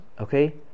okay